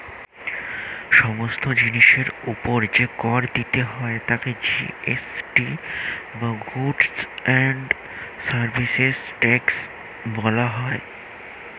সমস্ত জিনিসের উপর যে কর দিতে হয় তাকে জি.এস.টি বা গুডস্ অ্যান্ড সার্ভিসেস ট্যাক্স বলা হয়